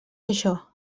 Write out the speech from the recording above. això